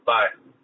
Bye